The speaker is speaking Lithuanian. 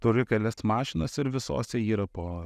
turiu kelias mašinas ir visose yra po